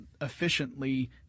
efficiently